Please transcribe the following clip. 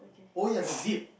oh ya the zip